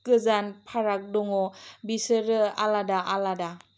गोजान फाराग दङ बिसोरो आलादा आलादा